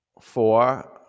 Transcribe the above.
four